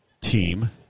team